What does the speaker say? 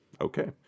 Okay